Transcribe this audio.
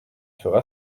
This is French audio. fera